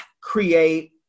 create